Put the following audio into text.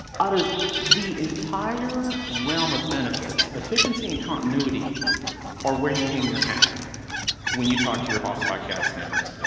out of the entire realm of benefits, efficiency and continuity are where you hang your hat when you talk to your boss about cad standards.